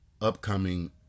upcoming